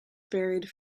buried